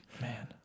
Man